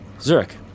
Zurich